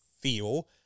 feel